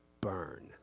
burn